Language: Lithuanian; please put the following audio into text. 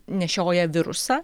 nešioja virusą